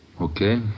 Okay